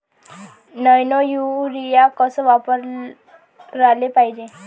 Nano urea कस वापराले पायजे?